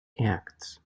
acts